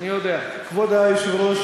לא נעים לך